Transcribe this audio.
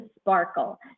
sparkle